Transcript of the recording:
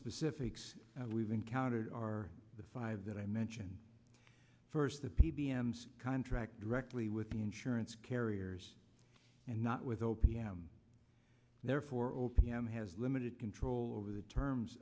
specifics we've encountered are the five that i mentioned first the p b m contract directly with the insurance carriers and not with o p m therefore o p m has limited control over the terms